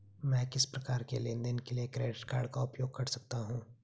मैं किस प्रकार के लेनदेन के लिए क्रेडिट कार्ड का उपयोग कर सकता हूं?